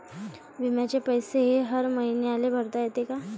बिम्याचे पैसे हर मईन्याले भरता येते का?